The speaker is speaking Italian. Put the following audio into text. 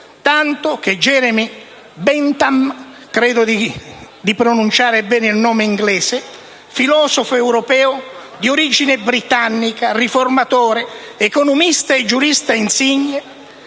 tanto che Jeremy Bentham, filosofo europeo di origine britannica, riformatore, economista e giurista insigne,